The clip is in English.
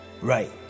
Right